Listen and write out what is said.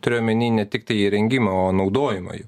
turiu omeny ne tiktai įrengimą o naudojimą jų